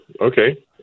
okay